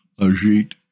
Ajit